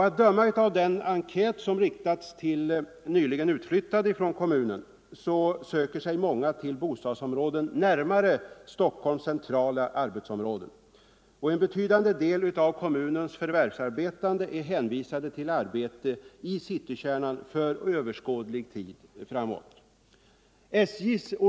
Att döma av en enkät, som riktats till personer som nyligen flyttat ut från kommunen, söker sig många till bostadsområden närmare Stockholms centrala arbetsområden. En betydande del av kommunens förvärvsarbetande är hänvisad till arbete i citykärnan för överskådlig tid framåt.